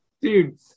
dude